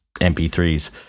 MP3s